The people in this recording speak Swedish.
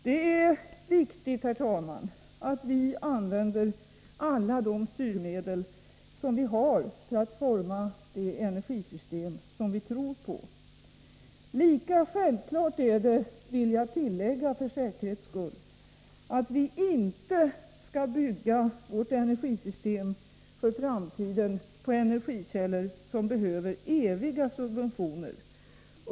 Det är viktigt, herr talman, att vi använder alla de styrmedel som vi har för att forma det energisystem som vi tror på. Lika självklart är det — det vill jag tillägga för säkerhets skull — att vi inte skall bygga vårt energisystem för framtiden på energikällor som behöver eviga subventioner.